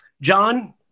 John